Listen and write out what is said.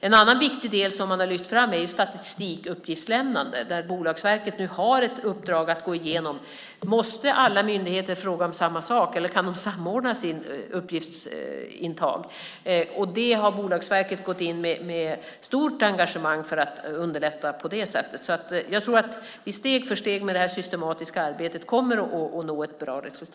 En annan viktig del som man har lyft fram är statistikuppgiftslämnandet, där Bolagsverket nu har ett uppdrag att gå igenom om alla myndigheter måste fråga om samma sak eller om de kan samordna sitt uppgiftsintag. Bolagsverket har gått in med stort engagemang för att underlätta på det sättet. Steg för steg kommer vi att nå ett bra resultat med det här systematiska arbetet.